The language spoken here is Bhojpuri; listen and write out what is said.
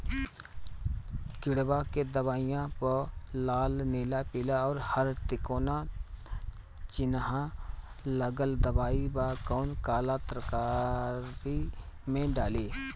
किड़वा के दवाईया प लाल नीला पीला और हर तिकोना चिनहा लगल दवाई बा कौन काला तरकारी मैं डाली?